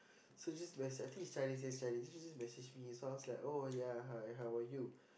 so I just messaged I think is Chinese yes Chinese then she just messaged me so I was like oh ya hi how are you